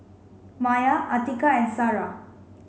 Maya Atiqah and Sarah